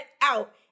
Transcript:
out